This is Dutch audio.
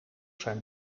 zijn